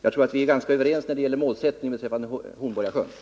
Jag tror alltså att vi är ganska eniga om målsättningen när det gäller Hornborgasjön.